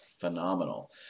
phenomenal